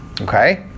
Okay